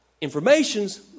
Information's